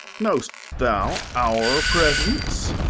know'st thou our presence?